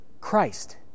Christ